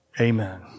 amen